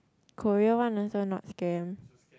Korea one also not scam